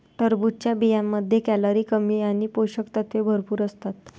टरबूजच्या बियांमध्ये कॅलरी कमी आणि पोषक तत्वे भरपूर असतात